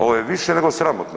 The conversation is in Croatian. Ovo je više nego sramotno.